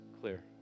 clear